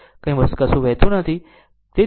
તેથી ત્યાં કશું વહી રહ્યું નથી